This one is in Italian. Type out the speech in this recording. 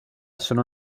sono